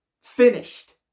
Finished